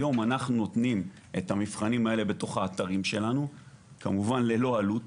היום אנחנו נותנים את המבחנים האלה בתוך האתרים שלנו כמובן ללא עלות.